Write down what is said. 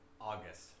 August